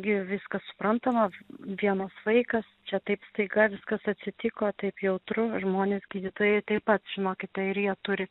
gi viskas suprantama vienas vaikas čia taip staiga viskas atsitiko taip jautru žmonės gydytojai taip pat žinokite ir jie turi